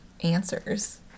Answers